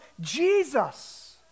Jesus